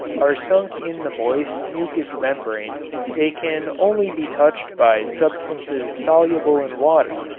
are sunk in the moist mucous membrane they can only be touched by substances soluble in water,